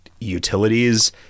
utilities